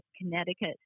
Connecticut